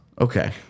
Okay